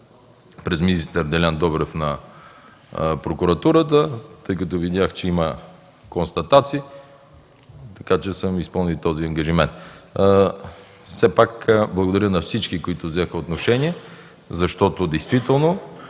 през министър Делян Добрев на прокуратурата, тъй като видях, че има констатации. Така че съм изпълнил и този ангажимент. Благодаря на всички, които взеха отношение, защото действително